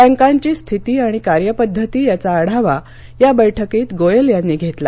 बँकांची स्थिती आणि कार्यपद्धती याचा आढावा या बैठकीत गोयल यांनी घेतला